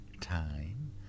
time